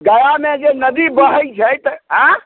गयामे जे नदी बहैत छै तऽ आएँ